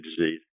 disease